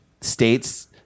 states